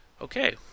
Okay